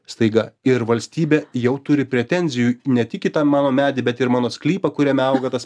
staiga ir valstybė jau turi pretenzijų ne tik į tą mano medį bet ir mano sklypą kuriame auga tas